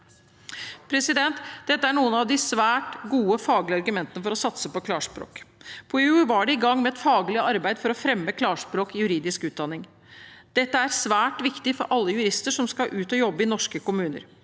ut i dag. Dette er noen av de svært gode faglige argumentene for å satse på klarspråk. På UiO var de i gang med et faglig arbeid for å fremme klarspråk i juridisk utdanning. Dette er svært viktig for alle jurister som skal ut og jobbe i norske kommuner.